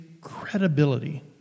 credibility